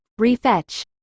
Refetch